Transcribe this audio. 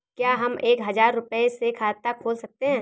क्या हम एक हजार रुपये से खाता खोल सकते हैं?